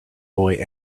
boy